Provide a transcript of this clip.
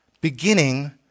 Beginning